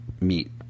meet